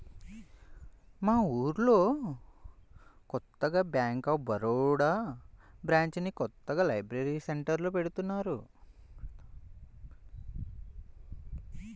మా ఊళ్ళో కొత్తగా బ్యేంక్ ఆఫ్ బరోడా బ్రాంచిని కొత్తగా లైబ్రరీ సెంటర్లో పెడతన్నారు